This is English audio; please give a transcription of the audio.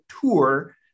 tour